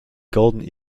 golden